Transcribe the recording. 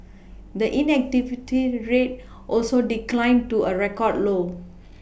the inactivity rate also declined to a record low